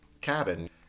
cabin